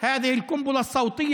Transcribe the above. אחראיות לשיגור רימון ההלם הזה,